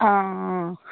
অঁ